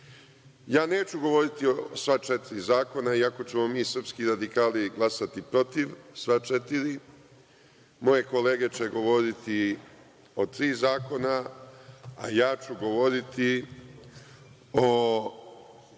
Neću govoriti o sva četiri zakona iako ćemo mi srpski radikali glasati protiv sva četiri, moje kolege će govoriti o tri zakona a ja ću govoriti o